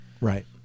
Right